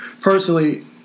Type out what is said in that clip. personally